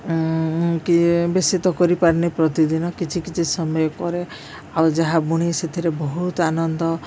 କିଏ ବେଶୀ ତ କରିପାରୁନି ପ୍ରତିଦିନ କିଛି କିଛି ସମୟ କରେ ଆଉ ଯାହା ବୁଣି ସେଥିରେ ବହୁତ ଆନନ୍ଦ